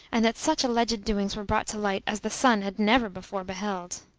and that such alleged doings were brought to light as the sun had never before beheld.